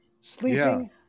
Sleeping